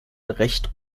recht